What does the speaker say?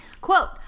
Quote